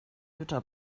jutta